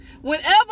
Whenever